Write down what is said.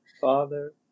Father